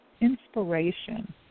inspiration